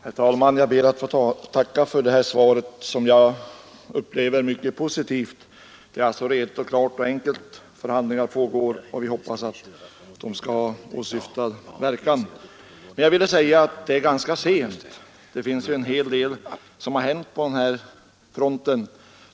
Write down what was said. Herr talman! Jag ber att få tacka för svaret, som jag upplever som mycket positivt. Det är redigt och enkelt; förhandlingar pågår och vi hoppas att de skall ge åsyftad verkan. Överläggningarna har emellertid kommit ganska sent. En hel del har hunnit hända på denna front.